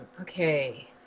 Okay